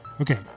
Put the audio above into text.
Okay